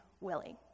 willing